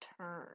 turn